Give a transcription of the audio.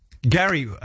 Gary